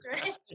right